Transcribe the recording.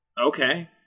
Okay